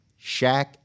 Shaq